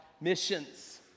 missions